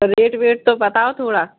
और रेट वेट तो बताओ थोड़ा